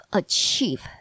achieve